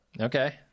okay